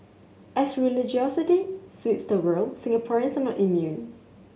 as religiosity sweeps the world Singaporeans are not immune